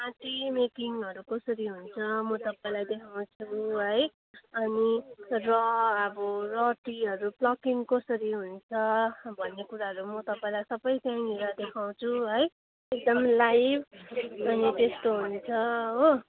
T मेकिङहरू कसरी हुन्च मो तपाईँलाई देखाउँछु है अनि र अब र टीहरू प्लकिङ कसरी हुन्छ भन्ने कुराहरू म तपाईँलाई सबै त्यहीँनिर देखाउँछु है एकदम लाइभ अनि त त्यस्तो हुन्छ हो